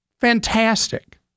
fantastic